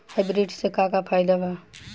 Hybrid से का का फायदा बा?